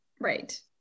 Right